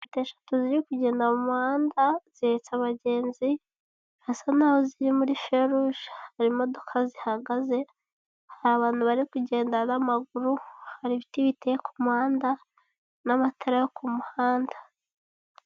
Moto eshatu ziri kugenda mu muhanda zihetse abagenzi basa naho ziri muri feruge, hari imodoka zihagaze, hari abantu bari kugenda n'amaguru hari ibiti biteye ku muhanda n''amatara yo ku muhanda.